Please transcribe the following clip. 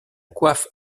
coiffe